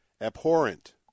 Abhorrent